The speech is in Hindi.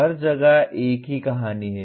हर जगह एक ही कहानी है